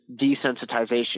desensitization